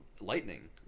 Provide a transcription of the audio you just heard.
lightning